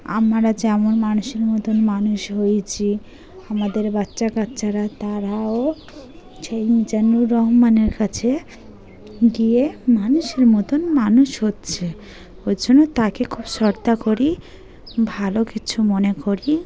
আমরা যেমন মানুষের মতন মানুষ হয়েছি আমাদের বাচ্চা কাচ্চারা তারাও সেই মিজানুর রহমানের কাছে গিয়ে মানুষের মতন মানুষ হচ্ছে ওই জন্য তাকে খুব শ্রদ্ধা করি ভালো কিছু মনে করি